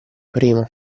prima